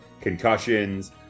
Concussions